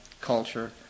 culture